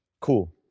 cool